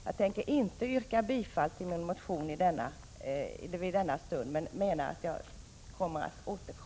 Jag tänker nu inte yrka bifall till min motion men kommer att återkomma. Tack!